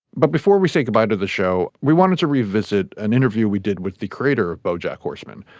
but before we say goodbye to the show, we wanted to revisit an interview we did with the creator of bojack horseman,